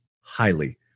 highly